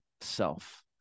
self